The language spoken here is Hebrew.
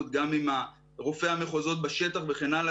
גם עם רופאי המחוזות בשטח וכן הלאה.